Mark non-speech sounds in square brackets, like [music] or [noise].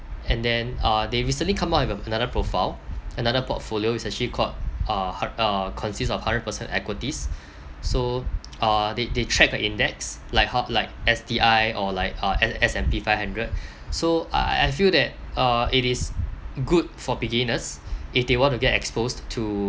and then uh they recently come up with a~ another profile another portfolio is actually called uh hund~ uh consist of hundred percent equities so [noise] uh they they track the index like how like S_T_I or like uh S~ S_&_P five hundred so I I I feel that uh it is good for beginners if they want to get exposed to